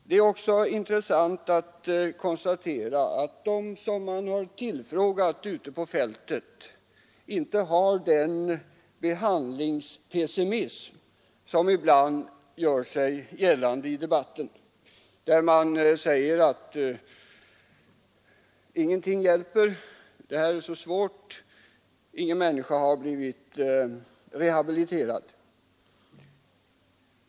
Det är också intressant att konstatera att de som man har tillfrågat ute på fältet inte har en sådan behandlingspessimism som ibland gör sig gällande i debatten, där man säger att ingenting hjälper — arbetet med narkomanerna är så svårt, och ingen människa har blivit rehabiliterad.